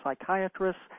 psychiatrists